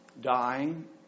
dying